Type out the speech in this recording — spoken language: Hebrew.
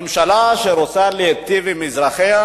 ממשלה שרוצה להיטיב עם אזרחיה,